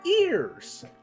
ears